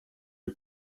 you